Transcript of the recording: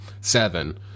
seven